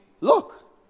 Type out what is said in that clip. Look